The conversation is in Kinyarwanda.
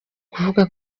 kuvuga